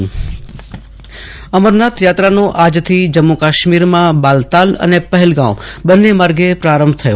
આશુતોષ અંતાણી અમરનાથ યાત્રાનો પ્રારંભ અમરનાથ યાત્રાનો આજથી જમ્મુ કાશ્મીરમાં બાલતાલ અને પહેલગાંવ બંને માર્ગે પ્રારંભ થયો